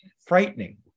frightening